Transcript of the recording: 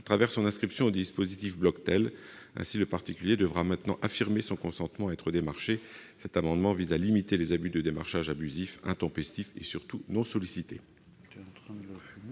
par son inscription au dispositif Bloctel. Ainsi, le particulier devra maintenant affirmer son consentement à être démarché. Cet amendement vise à limiter le démarchage abusif, intempestif et, surtout, non sollicité.